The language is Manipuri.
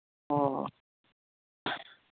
ꯑꯣ ꯍꯣꯏ